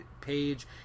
page